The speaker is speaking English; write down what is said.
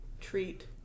treat